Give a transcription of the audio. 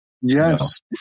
Yes